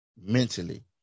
mentally